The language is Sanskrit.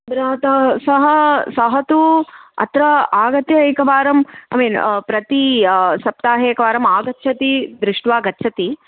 भ्राता सः सः तु अत्र आगत्य एकवारं ऐ मीन् प्रति सप्ताहे एकवारम् आगच्छति दृष्ट्वा गच्छति